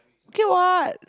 okay what